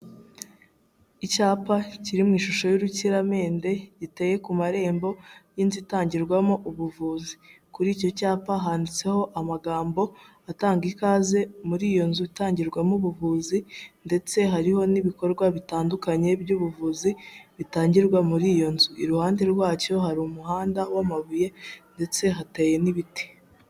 Icyapa kiri mu ishusho y'urukiramende giteye ku marembo y'inzi itangirwamo ubuvuzi kuri icyo cyapa handitseho amagambo atanga ikaze muri iyo nzu itangirwamo ubuvuzi ndetse hariho n'ibikorwa bitandukanye by'ubuvuzi bitangirwa muri iyo nzu, iruhande rwacyo hari umuhanda w'amabuye ndetse hateye n'ibiti.